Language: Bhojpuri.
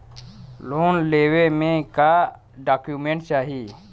लोन लेवे मे का डॉक्यूमेंट चाही?